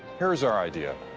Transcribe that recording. here's our idea.